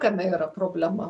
kame yra problema